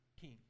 King